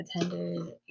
attended